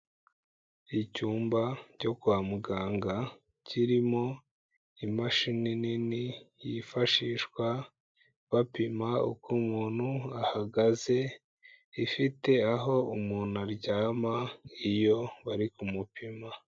Icyumba cyo kwa muganga kirimo imashini nini yifashishwa bapima uko umuntu ahagaze, ifite aho umuntu aryama iyo bari ku mupima.